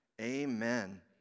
Amen